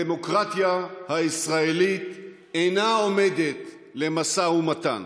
הדמוקרטיה הישראלית אינה עומדת למשא ומתן.